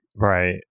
right